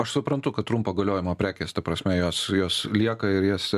aš suprantu kad trumpo galiojimo prekės ta prasme jos jos lieka ir jas